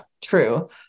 true